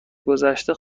گذشته